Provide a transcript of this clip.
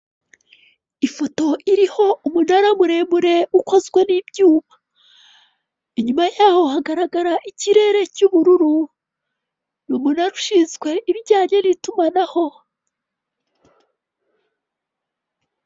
Ifoto iriho umunara muremure ukozwe n'ibyuma, inyuma yawo hagaragara ikirere cy'ubururu, ni umunara ushinzwe ibijyanye n'itumanaho.